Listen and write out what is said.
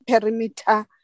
perimeter